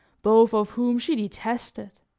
both of whom she detested,